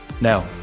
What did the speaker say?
Now